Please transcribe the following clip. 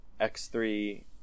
X3